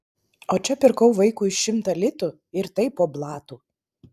o čia pirkau vaikui už šimtą litų ir tai po blatu